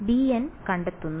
വിദ്യാർത്ഥി bn കണ്ടെത്തുന്നു